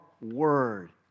word